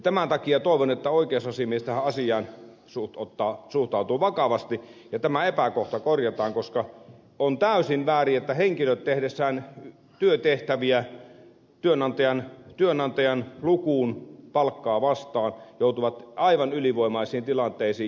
tämän takia toivon että oikeusasiamies tähän asiaan suhtautuu vakavasti ja tämä epäkohta korjataan koska on täysin väärin että henkilöt tehdessään työtehtäviään työnantajan lukuun palkkaa vastaan joutuvat aivan ylivoimaisiin tilanteisiin